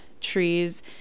trees